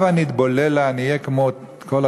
הבה נתבוללה, נהיה כמו כל הגויים.